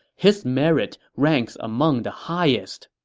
his merit ranks among the highest.